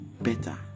better